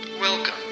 Welcome